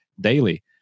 daily